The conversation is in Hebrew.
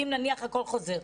אם הכול חוזר.